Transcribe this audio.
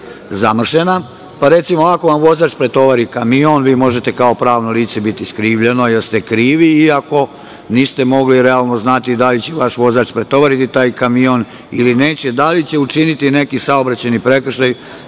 Recimo, ako vam vozač pretovari kamion, vi možete kao pravno lice biti skrivljeno, jer ste krivi, iako niste mogli realno znati da li će vaš vozač pretovariti taj kamion ili neće, da li će učiniti neki saobraćajni prekršaj